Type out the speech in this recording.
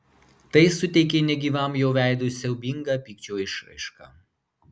tai suteikė negyvam jo veidui siaubingą pykčio išraišką